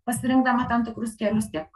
pasirinkdama tam tikrus kelius tiek